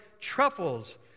truffles